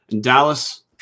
Dallas